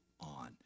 on